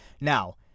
now